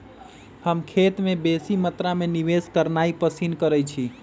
हम खेत में बेशी मत्रा में निवेश करनाइ पसिन करइछी